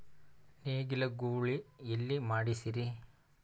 ನೇಗಿಲ ಗೂಳಿ ಎಲ್ಲಿ ಮಾಡಸೀರಿ?